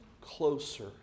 closer